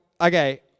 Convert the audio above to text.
okay